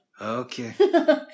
Okay